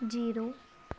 zero